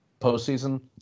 postseason